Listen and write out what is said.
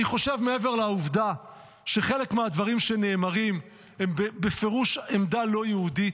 אני חושב שמעבר לעובדה שחלק מהדברים שנאמרים הם בפירוש עמדה לא יהודית,